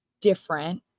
different